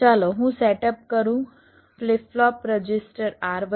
ચાલો હું સેટઅપ કરું ફ્લિપ ફ્લોપ રજિસ્ટર R1